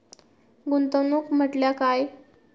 गुंतवणूक म्हटल्या काय?